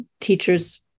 teacher's